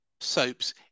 soaps